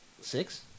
Six